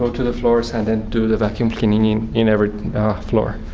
to the floors and do the vacuum cleaning on every floor.